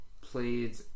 played